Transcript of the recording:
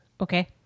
Okay